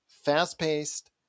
Fast-paced